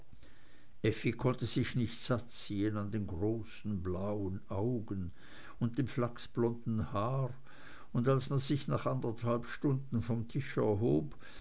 konnte sich nicht satt sehen an den großen blauen augen und dem flachsblonden haar und als man sich nach anderthalb stunden von tisch erhob